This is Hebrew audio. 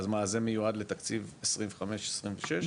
אז זה מיועד לתקציב 2025, 2026?